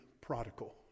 prodigal